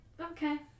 okay